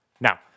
Now